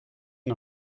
une